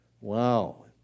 Wow